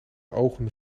ogen